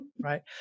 right